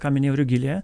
ką minėjo rugilė